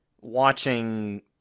watching